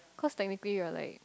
cause technically you are like